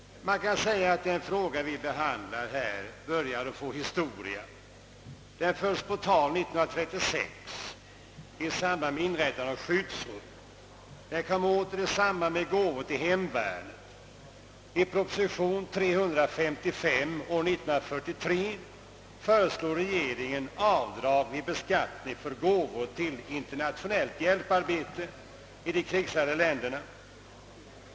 Man kan säga att den fråga vi nu behandlar börjar få historia. Den fördes på tal 1936 i samband med att man började inrätta skyddsrum. Den kom åter i samband med frågan om gåvor till hemvärnet. I propositionen 355 år 1943 föreslog regeringen rätt till avdrag vid beskattningen för gåvor till internationellt hjälparbete i de krigshärjade länderna.